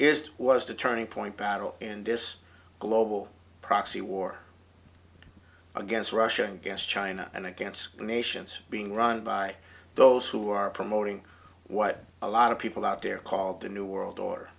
is was to turning point battle in this global proxy war against russia against china and against the nations being run by those who are promoting what a lot of people out there called the new world or